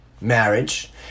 marriage